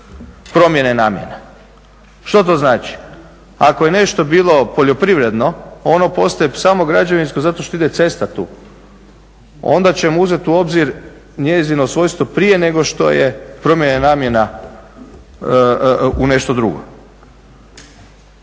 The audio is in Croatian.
promjene namjene. Što to znači? Ako je nešto bilo poljoprivredno, ono postaje samo građevinsko zato što ide cesta tu. Onda ćemo uzeti u obzir njezino svojstvo prije nego što je promjene namjena u nešto drugo.